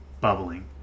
bubbling